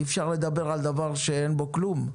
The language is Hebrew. אי אפשר לדבר על דבר שאין בו כלום.